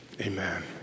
amen